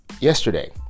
Yesterday